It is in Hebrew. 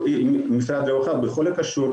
בוקר טוב גם לכל הצוות.